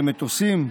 על ידי מטוסים,